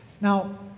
Now